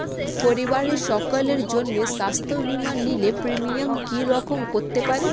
পরিবারের সকলের জন্য স্বাস্থ্য বীমা নিলে প্রিমিয়াম কি রকম করতে পারে?